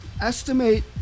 estimate